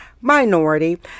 minority